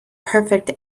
perfect